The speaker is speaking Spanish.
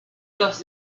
los